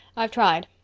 i've tried.